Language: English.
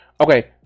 Okay